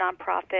nonprofit